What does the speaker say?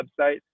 website